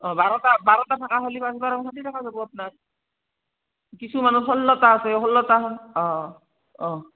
অঁ বাৰটা বাৰটা থকা হ'লে পাঁচ বাৰং ষাঠি টকা যাব আপোনাৰ কিছুমানৰ ষোল্লটা আছে ষোল্লটা হয় অঁ অঁ